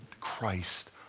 Christ